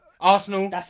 Arsenal